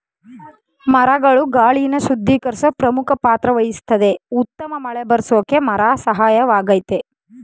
ಮರಗಳು ಗಾಳಿನ ಶುದ್ಧೀಕರ್ಸೋ ಪ್ರಮುಖ ಪಾತ್ರವಹಿಸ್ತದೆ ಉತ್ತಮ ಮಳೆಬರ್ರ್ಸೋಕೆ ಮರ ಸಹಾಯಕವಾಗಯ್ತೆ